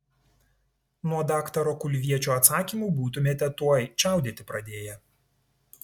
nuo daktaro kulviečio atsakymų būtumėte tuoj čiaudėti pradėję